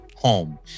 Home